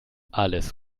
alles